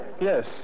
yes